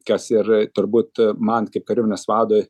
kas ir turbūt man kaip kariuomenės vadui